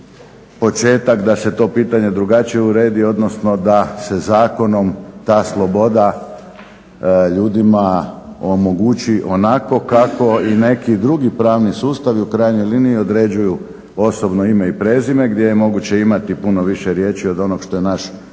početak da se to pitanje drugačije uredi, odnosno da se zakonom ta sloboda ljudima omogući onako kako i neki drugi pravni sustavi u krajnjoj liniji određuju osobno ime i prezime gdje je moguće imati puno više riječi od onog što je naš zakon